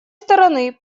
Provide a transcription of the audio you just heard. стороны